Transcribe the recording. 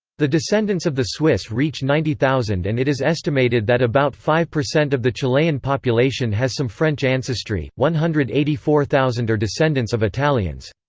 the descendants of the swiss reach ninety thousand and it is estimated that about five percent of the chilean population has some french ancestry. one hundred and eighty four thousand are descendants of italians.